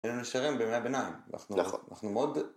היינו נשארים בימי הביניים, אנחנו מאוד...